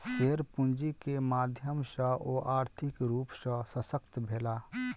share पूंजी के माध्यम सॅ ओ आर्थिक रूप सॅ शशक्त भेला